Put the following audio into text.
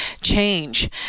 change